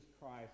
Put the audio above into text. Christ